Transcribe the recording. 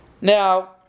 Now